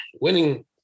winning